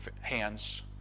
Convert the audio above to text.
hands